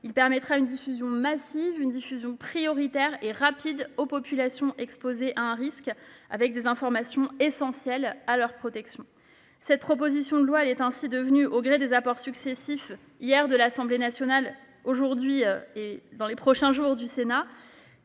Il permettra une diffusion massive, prioritaire et rapide aux populations exposées à un risque des informations essentielles à leur protection. Cette proposition de loi est ainsi devenue au gré des apports successifs- de l'Assemblée nationale hier, du Sénat aujourd'hui et dans les prochains jours, et